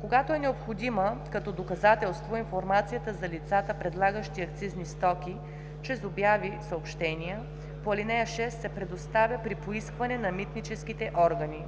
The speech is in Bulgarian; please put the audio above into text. Когато е необходима като доказателство, информацията за лицата, предлагащи акцизни стоки чрез обяви/съобщения по ал. 6, се предоставя при поискване на митническите органи.“